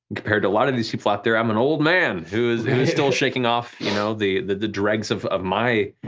compared a lot of these people out there i'm an old man who is still shaking off you know the the dregs of of my